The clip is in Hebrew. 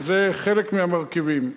וזה חלק מהמרכיבים.